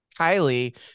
Kylie